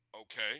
Okay